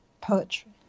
poetry